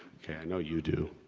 okay, i know you do.